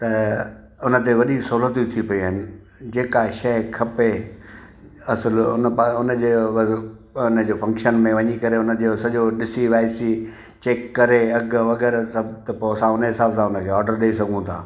त उनते वॾी सहूलियतूं थी पियूं आहिनि जेका शइ खपे असुल उनपा उनजे उनजे फ़क्शन में वञी उनजो सॼो ॾिसी वाए सी चैक करे अघु वग़ैरह सभु त पोइ असां हुन हिसाब सां उनखे ऑडर ॾई सघूं था